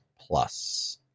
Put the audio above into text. Plus